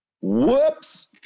Whoops